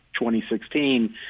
2016